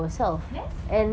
yes